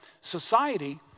society